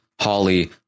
Holly